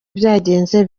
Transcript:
byagenze